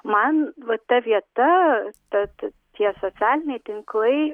man vat ta vieta tad tie socialiniai tinklai